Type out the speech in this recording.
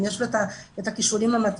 אם יש לו את הכישורים המתאימים,